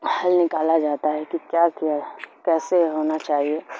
حل نکالا جاتا ہے کہ کیا کیے کیسے ہونا چاہیے